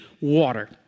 water